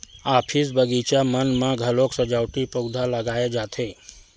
office, बगीचा मन म घलोक सजावटी पउधा लगाए जाथे